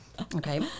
Okay